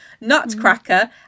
nutcracker